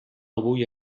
avui